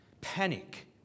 panic